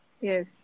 Yes